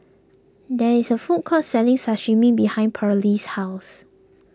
there is a food court selling Sashimi behind Pearley's house